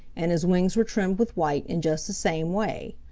and his wings were trimmed with white in just the same way.